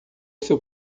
seu